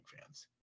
fans